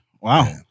Wow